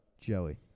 Joey